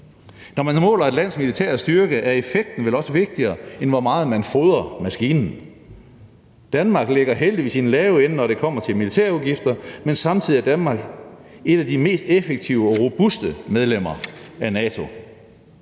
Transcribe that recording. Når man måler et lands militære styrke, er effekten vel også vigtigere, end hvor meget man fodrer maskinen. Danmark ligger heldigvis i den lave ende, når det kommer til militærudgifter, men samtidig er Danmark et af de mest effektive og robuste medlemmer af NATO.